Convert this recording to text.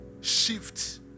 shift